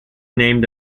named